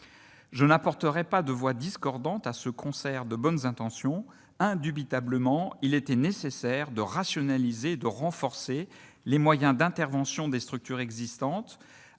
Je n'apporterai pas de voix discordante à ce concert de bonnes intentions. Indubitablement, il était nécessaire de rationaliser et de renforcer les moyens d'intervention des structures existantes,